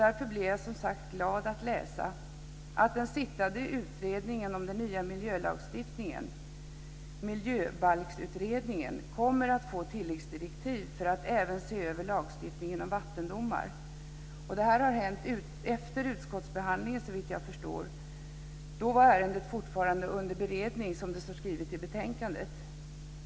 Därför blev jag som sagt glad att läsa att den sittande utredningen om den nya miljölagstiftningen - miljöbalksutredningen - kommer att få tilläggsdirektiv för att även se över lagstiftningen om vattendomar. Det här har hänt efter utskottsbehandlingen, såvitt jag förstår. Då var ärendet fortfarande under beredning, som det står skrivet i betänkandet.